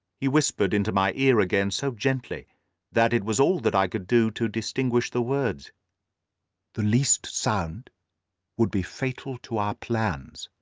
he whispered into my ear again so gently that it was all that i could do to distinguish the words the least sound would be fatal to our plans.